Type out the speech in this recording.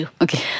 Okay